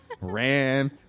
ran